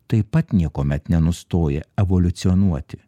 taip pat niekuomet nenustoja evoliucionuoti